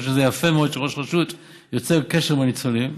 אני חושב שזה יפה מאוד שראש רשות יוצר קשר עם הניצולים.